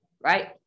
right